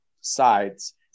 sides